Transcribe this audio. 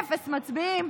אפס מצביעים,